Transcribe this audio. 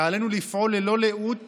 ועלינו לפעול ללא לאות